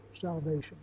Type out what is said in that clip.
salvation